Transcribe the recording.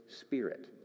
spirit